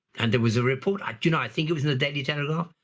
and there was a report, i you know think it was in the daily telegraph,